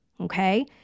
okay